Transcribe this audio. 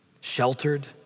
sheltered